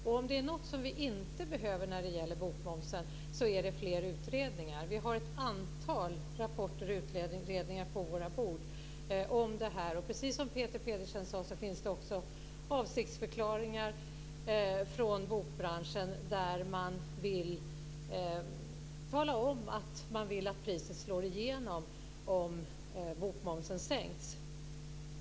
Om det är något vi inte behöver när det gäller bokmomsen är det fler utredningar. Vi har ett antal rapporter och utredningar på våra bord om detta. Precis som Peter Pedersen sade finns det också avsiktsförklaringar från bokbranschen, där man talar om att man vill att prissänkningen slår igenom om bokmomsen sänks.